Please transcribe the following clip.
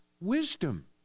wisdom